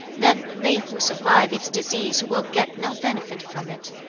then they who survive its decease will get no benefit from it.